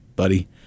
buddy